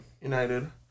United